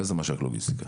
איזה מש"ק לוגיסטיקה?